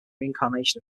reincarnation